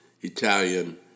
Italian